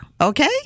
Okay